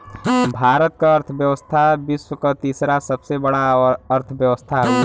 भारत क अर्थव्यवस्था विश्व क तीसरा सबसे बड़ा अर्थव्यवस्था हउवे